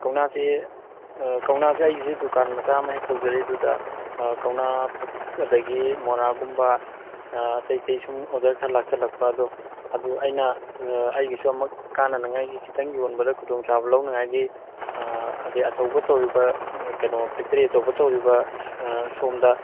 ꯀꯧꯅꯥꯁꯦ ꯀꯧꯅꯥꯁꯦ ꯑꯩꯒꯤꯁꯦ ꯗꯨꯀꯥꯟ ꯃꯆꯥ ꯑꯃ ꯍꯦꯛ ꯇꯧꯖꯔꯤ ꯑꯗꯨꯗ ꯀꯧꯅꯥ ꯐꯛ ꯑꯗꯒꯤ ꯃꯣꯔꯥꯒꯨꯝꯕ ꯑꯇꯩ ꯑꯇꯩ ꯁꯨꯝ ꯑꯣꯔꯗꯔ ꯈꯔ ꯂꯥꯛꯁꯜꯂꯛꯄ ꯑꯗꯣ ꯑꯗꯨ ꯑꯩꯅ ꯑꯩꯒꯤꯁꯨ ꯑꯃꯨꯛ ꯀꯥꯟꯅꯅꯤꯡꯉꯥꯏꯒꯤ ꯈꯤꯇꯪ ꯌꯣꯟꯕꯗ ꯈꯨꯗꯣꯡ ꯆꯥꯕ ꯂꯧꯅꯉꯥꯏꯒꯤ ꯑꯗꯩ ꯑꯆꯧꯕ ꯇꯧꯔꯤꯕ ꯀꯩꯅꯣ ꯐꯦꯛꯇꯔꯤ ꯑꯆꯧꯕ ꯇꯧꯔꯤꯕ ꯁꯣꯝꯗ